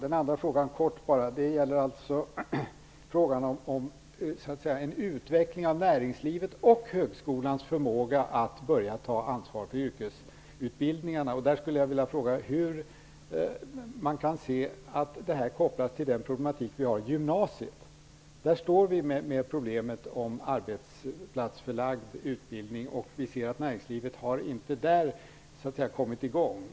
Den andra frågan gäller, helt kort, en utveckling av näringslivets och högskolans förmåga att börja ta ansvar för yrkesutbildningarna. Jag skulle vilja fråga hur detta kan kopplas till den problematik som vi har på gymnasiet. Vi står där med problemet arbetsplatsförlagd utbildning, i vilken näringslivet inte har kommit i gång.